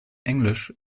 englisch